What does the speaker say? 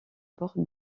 portent